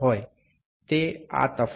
অর্থাৎ এই পার্থক্যটি বেশ বড়